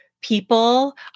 people